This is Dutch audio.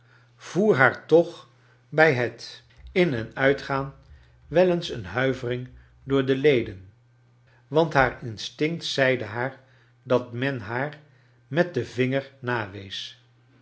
voer haar toch bij het inen uitgaan wel eens een huivering door de leden want haar instinct zeide haar dat men haar met den vinger nawees